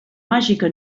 màgica